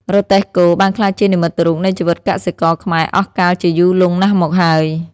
រទេះគោ បានក្លាយជានិមិត្តរូបនៃជីវិតកសិករខ្មែរអស់កាលជាយូរលង់ណាស់មកហើយ។